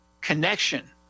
connection